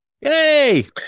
Yay